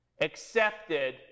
accepted